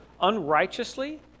unrighteously